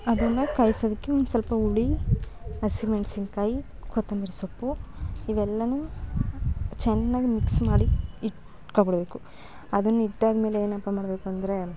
ಅದನ್ನ ಕಲಸೋದಕ್ಕೆ ಒಂದು ಸ್ವಲ್ಪ ಹುಳಿ ಹಸಿಮೆಣ್ಸಿನ್ಕಾಯಿ ಕೊತ್ತಂಬರಿ ಸೊಪ್ಪು ಇವೆಲ್ಲ ಚೆನ್ನಾಗ್ ಮಿಕ್ಸ್ ಮಾಡಿ ಇಟ್ಕೊಬಿಡಬೇಕು ಅದನ್ನು ಇಟ್ಟಾದ್ಮೇಲೆ ಏನಪ್ಪ ಮಾಡಬೇಕು ಅಂದರೆ